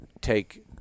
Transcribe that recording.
take